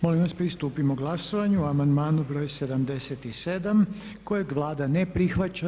Molim vas pristupimo glasovanju o amandmanu br. 77. kojeg Vlada ne prihvaća.